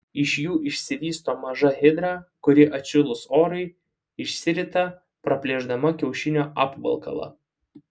iš jų išsivysto maža hidra kuri atšilus orui išsirita praplėšdama kiaušinio apvalkalą